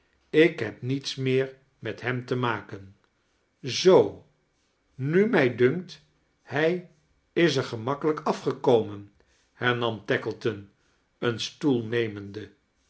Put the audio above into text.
ik heb niets meer met hem te maken zoo nu mij dunkt hij is er gemakkelijk afgekomen hernam tackleton een stoel neanende